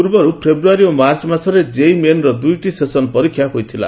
ପୂର୍ବରୁ ଫେବିୟାରୀ ଓ ମାର୍ଚ୍ଚ ମାସରେ କେଇଇ ମେନ୍ର ଦୁଇଟି ସେସନ୍ ପରୀକ୍ଷା ହୋଇଯାଇଛି